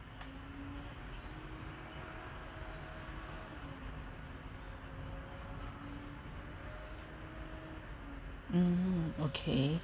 hmm okay